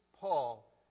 Paul